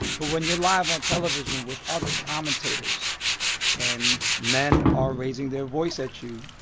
but when you're live on television with other commentators and men are raising their voice at you,